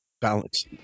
balance